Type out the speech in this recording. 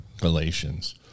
Galatians